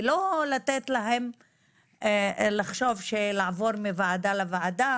ולא לתת להם לחשוב שלעבור מוועדה לוועדה